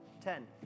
Ten